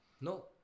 No